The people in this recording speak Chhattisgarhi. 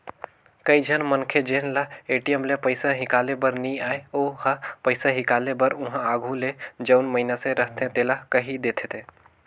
कइझन मनखे जेन ल ए.टी.एम ले पइसा हिंकाले बर नी आय ओ ह पइसा हिंकाले बर उहां आघु ले जउन मइनसे रहथे तेला कहि देथे